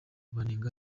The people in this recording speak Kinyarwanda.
banenga